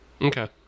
Okay